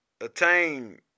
attain